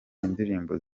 indirimbo